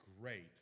great